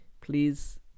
please